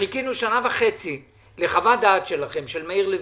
חיכינו שנה וחצי לחוות דעת שלכם, של מאיר לוין,